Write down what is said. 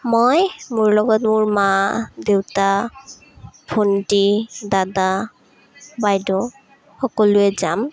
মই মোৰ লগত মোৰ মা দেউতা ভণ্টি দাদা বাইদেউ সকলোৱে যাম